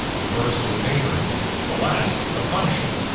the first is a patron the last, a punisher.